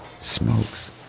smokes